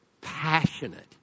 passionate